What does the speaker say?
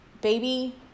baby